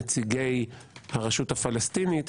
נציגי הרשות הפלסטינית,